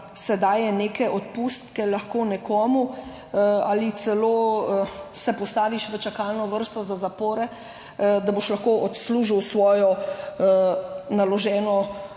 daje neke odpustke nekomu ali se celo postaviš v čakalno vrsto za zapore, da boš lahko odslužil svojo naloženo